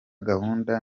gahunda